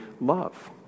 love